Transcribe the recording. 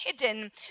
hidden